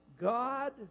God